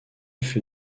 fut